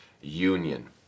Union